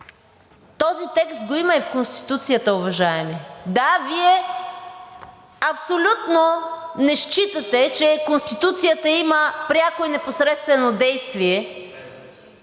Този текст го има и в Конституцията, уважаеми! Да, Вие абсолютно не считате, че Конституцията има пряко и непосредствено действие!